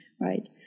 right